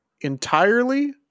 entirely